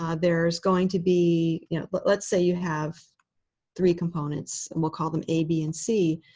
um there's going to be yeah but let's say you have three components, and we'll call them a, b, and c.